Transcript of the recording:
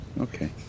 Okay